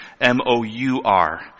M-O-U-R